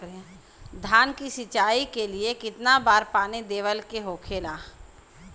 धान की सिंचाई के लिए कितना बार पानी देवल के होखेला?